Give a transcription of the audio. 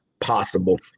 possible